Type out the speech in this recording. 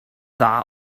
dda